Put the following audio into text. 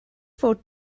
fod